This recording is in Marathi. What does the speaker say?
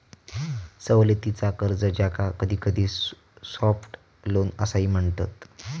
सवलतीचा कर्ज, ज्याका कधीकधी सॉफ्ट लोन असाही म्हणतत